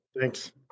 Thanks